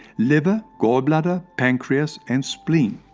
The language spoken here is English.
liver, gall-bladder, pancreas and spleen.